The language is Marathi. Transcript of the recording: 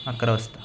अकरा वाजता